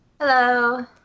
Hello